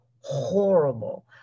horrible